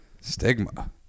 Stigma